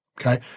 okay